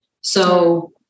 So-